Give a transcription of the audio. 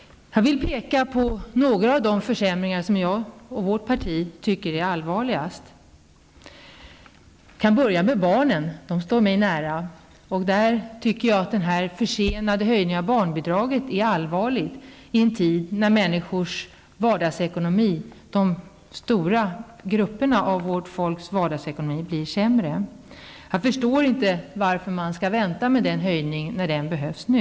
Låt mig redovisa några av de försämringar som jag och mitt parti tycker är allvarligast. Jag börjar med barnen -- de står mig nära. Därvidlag tycker jag att den försenade höjningen av barnbidraget är allvarlig i en tid när vardagsekonomin för de stora grupperna av vårt folk blir sämre. Jag förstår inte varför man skall vänta med denna höjning -- den behövs nu.